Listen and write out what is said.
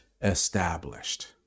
established